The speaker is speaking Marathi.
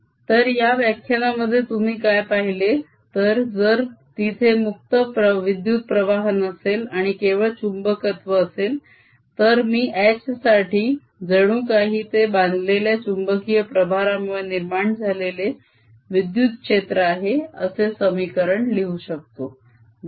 तर या व्याख्यानामध्ये तुम्ही काय पाहिले तर जर तिथे मुक्त विद्युत प्रवाह नसेल आणि केवळ चुंबकत्व असेल तर मी H साठी जणू काही ते बांधलेल्या चुंबकीय प्रभारामुळे निर्माण झालेले विद्युत क्षेत्र आहे असे समीकरण लिहू शकतो डेल